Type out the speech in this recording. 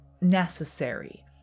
necessary